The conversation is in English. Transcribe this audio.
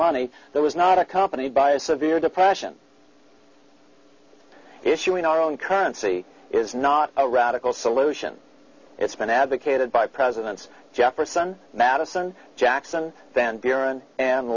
money that was not accompanied by a severe depression issuing our own currency is not a radical solution it's been advocated by presidents jefferson madison jackson van buren and